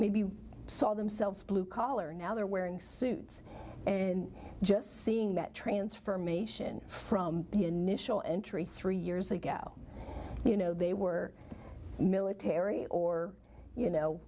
maybe we saw themselves blue collar now they are wearing suits and just seeing that transfer me in from the initial entry three years ago you know they were military or you know